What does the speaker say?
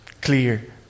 clear